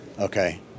okay